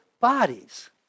bodies